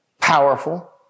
powerful